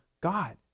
God